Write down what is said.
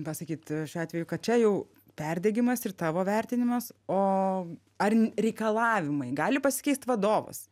pasakyt šiuo atveju kad čia jau perdegimas ir tavo vertinimas o ar reikalavimai gali pasikeist vadovas